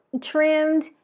trimmed